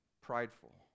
prideful